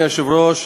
אדוני היושב-ראש,